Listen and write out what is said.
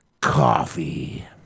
coffee